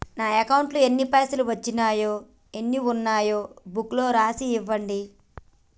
నా అకౌంట్లో ఎన్ని పైసలు వచ్చినాయో ఎన్ని ఉన్నాయో బుక్ లో రాసి ఇవ్వండి?